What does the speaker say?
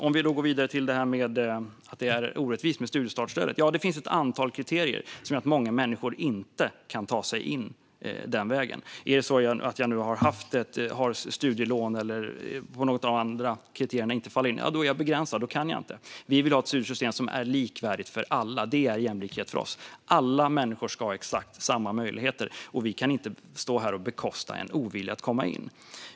För att gå vidare till frågan om att studiestartsstödet är orättvist finns det ett antal kriterier som gör att många människor inte kan ta sig in den vägen. Om man har haft studielån eller inte uppfyller något av de andra kriterierna är man begränsad; då kan man inte få det stödet. Vi vill ha ett studiesystem som är likvärdigt för alla. Det är jämlikhet för oss. Alla människor ska ha exakt samma möjligheter, och vi kan inte bekosta en ovilja att komma in.